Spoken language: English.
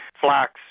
flax